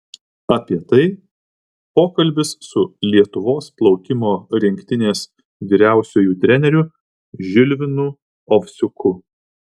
apie tai pokalbis su lietuvos plaukimo rinktinės vyriausiuoju treneriu žilvinu ovsiuku